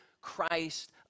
Christ